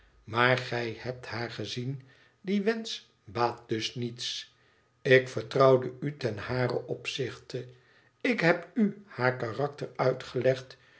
maar gij hebt haar gezien die wensch baat dus niets ik vertrouwde u ten haren opzichte ik heb u haar karakter uitgelegd